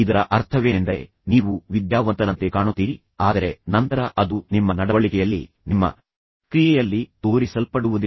ಇದರ ಅರ್ಥವೇನೆಂದರೆ ನೀವು ವಿದ್ಯಾವಂತರಂತೆ ಕಾಣುತ್ತೀರಿ ಆದರೆ ನಂತರ ಅದು ನಿಮ್ಮ ನಡವಳಿಕೆಯಲ್ಲಿ ನಿಮ್ಮ ಕ್ರಿಯೆಯಲ್ಲಿ ತೋರಿಸಲ್ಪಡುವುದಿಲ್ಲ